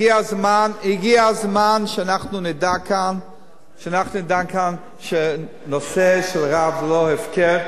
הגיע הזמן שאנחנו נדע כאן שנושא של רב הוא לא הפקר,